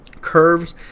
curves